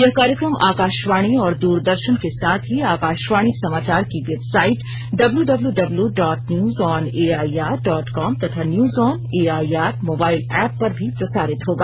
यह कार्यक्रम आकाशवाणी और दूरदर्शन के साथ ही आकाशवाणी समाचार की website W W W dot news on A I R dot com तथा news on A I R mobile app पर भी प्रसारित होगा